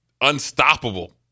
unstoppable